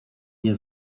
nie